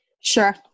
Sure